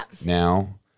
now